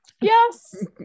yes